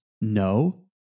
No